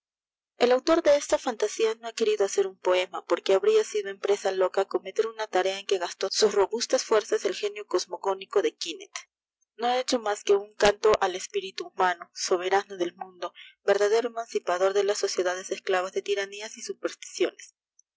el autor de esta fantasía no ha querido hacer un poema porque habría sido empresa loca acometer una tarea en que gastó sus robustas fuerzas el génio cosmogónico de quínet no ha hecho mas que un canto al espíritu humano soberano del mundo verdadero eman ipador de las sociedades esclavas de tiranías y superticiones